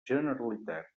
generalitat